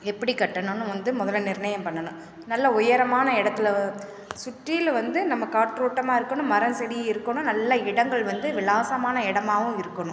எப்படி கட்டணும்னு வந்து முதல்ல நிர்ணயம் பண்ணணும் நல்ல உயரமான இடத்துல வ சுற்றிலும் வந்து நம்ம காற்றோட்டமாக இருக்கணும் மரம் செடி இருக்கணும் நல்லா இடங்கள் வந்து விலாசமான இடமாவும் இருக்கணும்